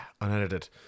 unedited